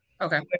Okay